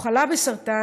הוא חלה בסרטן,